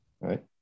right